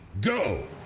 go